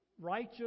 Righteous